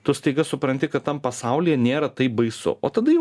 tu staiga supranti kad tam pasaulyje nėra taip baisu o tada jau